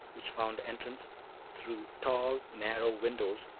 which found entrance through tall, narrow windows,